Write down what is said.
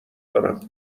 دارم